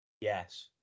Yes